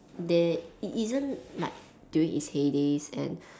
there it isn't like during it's hey days and